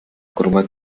curva